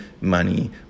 money